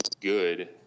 good